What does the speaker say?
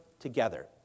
together